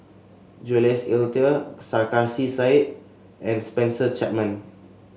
Jules Itier Sarkasi Said and Spencer Chapman